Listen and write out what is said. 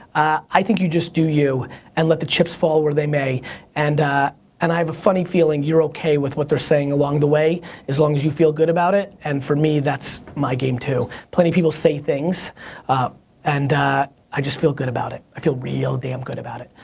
i think you just do you and let the chips fall where they may and and i have funny feeling you're okay with what they're saying along the way as long as you feel good about it. and for me, that's my game too. plenty of people say things um and i just feel good about it. i feel real damn good about it.